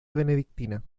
benedictina